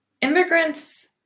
immigrants